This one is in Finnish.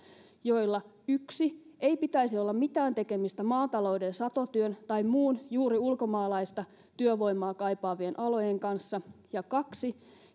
joilla yksi ei pitäisi olla mitään tekemistä maatalouden satotyön tai muun juuri ulkomaalaista työvoimaa kaipaavien alojen kanssa ja kaksi